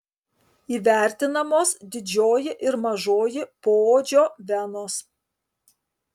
įvertinamos didžioji ir mažoji poodžio venos